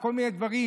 לכל מיני דברים.